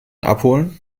abholen